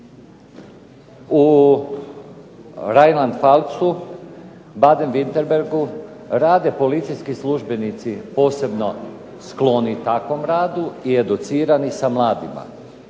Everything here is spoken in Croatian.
U Reilandfalzu Baden Winterbergu rade policijski službenici posebno skloni takvom radu i educirani sa mladima